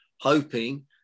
hoping